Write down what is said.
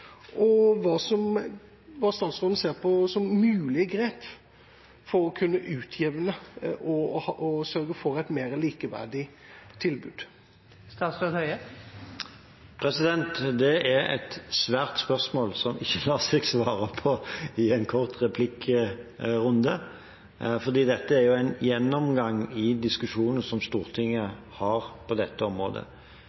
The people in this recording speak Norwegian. og hva statsråden ser på som mulige grep for å kunne utjevne og sørge for et mer likeverdig tilbud. Det er et svært spørsmål, som ikke lar seg svare på i en kort replikkrunde. Dette er gjennomgående i diskusjonene som Stortinget